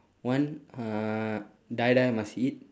one uh die die must eat